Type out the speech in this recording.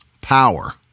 power